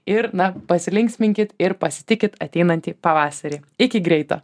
ir na pasilinksminkit ir pasitikit ateinantį pavasarį iki greito